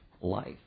life